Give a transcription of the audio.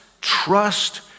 trust